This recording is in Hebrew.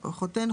חותן,